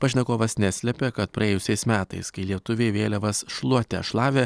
pašnekovas neslepia kad praėjusiais metais kai lietuviai vėliavas šluote šlavė